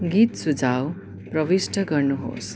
गीत सुझाउ प्रविष्ट गर्नुहोस्